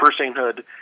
personhood